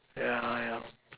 yeah yeah